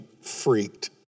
freaked